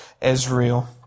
Israel